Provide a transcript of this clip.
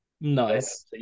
Nice